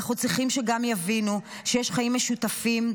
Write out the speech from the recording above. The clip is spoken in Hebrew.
אנחנו צריכים שגם יבינו שיש חיים משותפים,